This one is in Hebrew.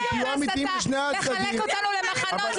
--- לחלק אותנו למחנות,